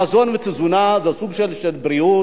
מזון ותזונה זה סוג של בריאות,